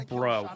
Bro